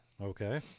Okay